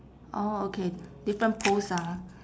orh okay different post ah